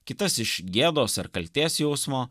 kitas iš gėdos ar kaltės jausmo